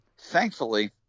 thankfully